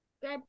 good